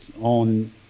on